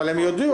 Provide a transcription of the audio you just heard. אבל הם יודיעו.